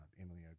Emily